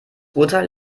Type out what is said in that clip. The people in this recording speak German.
urteil